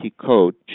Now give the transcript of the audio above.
code